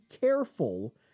careful